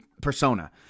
persona